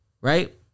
Right